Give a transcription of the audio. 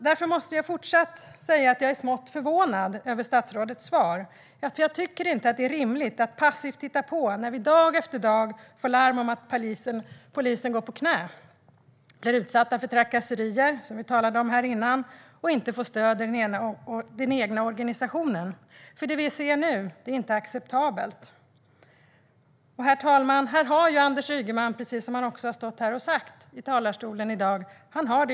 Därför måste jag fortsatt säga att jag är smått förvånad över statsrådets svar. Jag tycker inte att det är rimligt att passivt titta på när vi dag efter dag får larm om att polisen går på knä och att poliser blir utsatta för trakasserier, som vi talade om här innan, och inte får stöd i den egna organisationen. Det vi ser nu är inte acceptabelt. Herr talman! Anders Ygeman har det yttersta ansvaret, precis som han har stått här och sagt i talarstolen i dag.